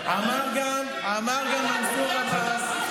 אמר גם מנסור עבאס,